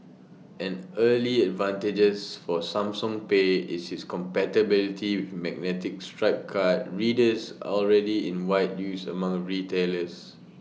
an early advantages for Samsung pay is its compatibility with magnetic stripe card readers already in wide use among retailers